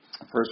First